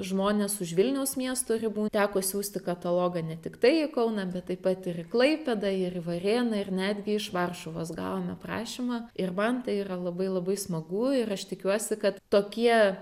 žmonės už vilniaus miesto ribų teko siųsti katalogą ne tiktai į kauną bet taip pat ir į klaipėdą ir į varėną ir netgi iš varšuvos gavome prašymą ir man tai yra labai labai smagu ir aš tikiuosi kad tokie